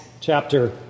chapter